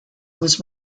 was